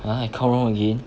!huh! I count wrong again